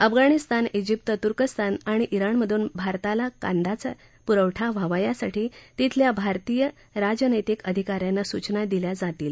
Afghanistan Egypt तुर्कस्तान आणि रोणमधून भारताला कांद्याचा पुरवठा व्हावा यासाठी तिथल्या भारतीय राजनैतिक अधिका यांना सूचना दिल्या जातील